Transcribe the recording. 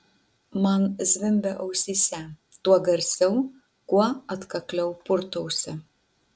man zvimbia ausyse tuo garsiau kuo atkakliau purtausi